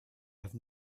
have